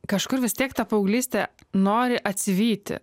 kažkur vis tiek ta paauglystė nori atsivyti